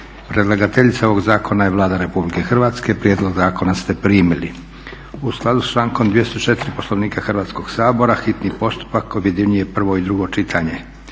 Predlagateljica ovog zakona je Vlada Republike Hrvatske. Prijedlog zakona ste primili. U skladu sa člankom 204. Poslovnika Hrvatskoga sabora hitni postupak objedinjuje prvo i drugo čitanje.